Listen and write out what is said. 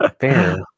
fair